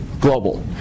global